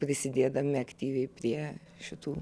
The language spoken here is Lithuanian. prisidėdami aktyviai prie šitų